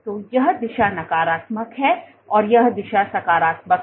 तो यह दिशा नकारात्मक है यह दिशा सकारात्मक है